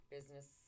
business